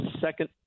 second